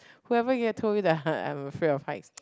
whoever here told you that I'm afraid of heights